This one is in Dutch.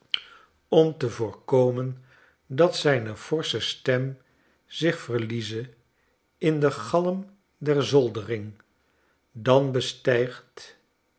om rome te voorkomen dat zijne forsche stem zich verlieze in den galm der zoldering dan bestijgt